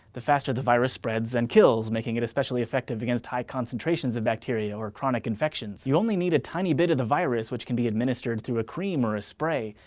the faster the virus spreads and kills, making it especially effective against high concentrations of bacteria or chronic infections. you only need a tiny bit of the virus, which can be administered through a cream or a spray.